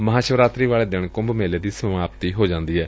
ਮਹਾਂਸ਼ਿਵਰਾਤਰੀ ਵਾਲੇ ਦਿਨ ਕੁੰਭ ਮੇਲੇ ਦੀ ਸਮਾਪਤੀ ਹੋ ਜਾਂਦੀ ਏ